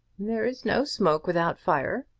there is no smoke without fire.